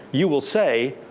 you will say,